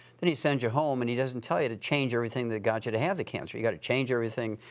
then he sends you home and he doesn't tell you to change everything that got you to have the cancer. you've got to change everything.